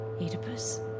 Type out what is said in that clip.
Oedipus